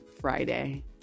Friday